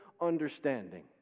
Understanding